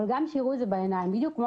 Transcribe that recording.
אבל גם שייראו את זה בעיניים - בדיוק כמו